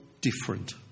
different